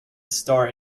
star